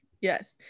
yes